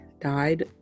died